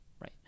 right